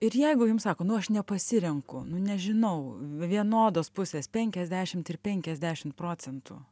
ir jeigu jum sako nu aš nepasirenku nu nežinau vienodos pusės penkiasdešimt ir penkiasdešimt procentų